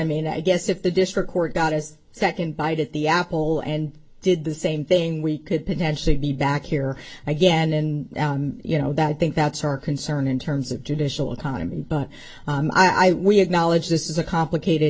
mean i guess if the district court got his second bite at the apple and did the same thing we could potentially be back here again and you know that i think that's our concern in terms of judicial economy but i we acknowledge this is a complicated